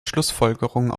schlussfolgerung